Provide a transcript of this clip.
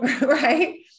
right